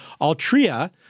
Altria